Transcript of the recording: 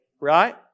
Right